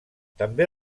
també